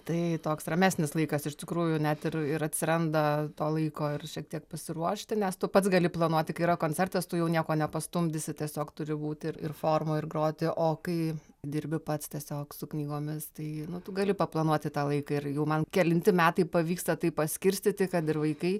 tai toks ramesnis laikas iš tikrųjų net ir ir atsiranda to laiko ir šiek tiek pasiruošti nes tu pats gali planuoti kai yra koncertas tu jau nieko nepastumdysi tiesiog turi būti ir ir formoj ir groti o kai dirbi pats tiesiog su knygomis tai tu gali paplanuoti tą laiką ir jau man kelinti metai pavyksta taip paskirstyti kad dar vaikai